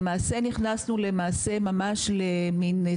למעשה נכנסנו למן סטגנציה,